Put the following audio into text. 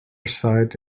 site